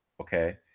Okay